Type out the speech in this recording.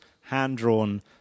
hand-drawn